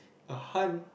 a hunt